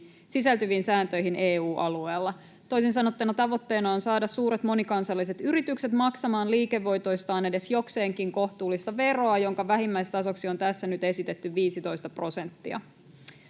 sisältyviin sääntöihin EU-alueella. Toisin sanottuna tavoitteena on saada suuret monikansalliset yritykset maksamaan liikevoitoistaan edes jokseenkin kohtuullista veroa, jonka vähimmäistasoksi on tässä nyt esitetty 15 prosenttia.